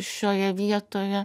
šioje vietoje